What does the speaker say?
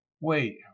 Wait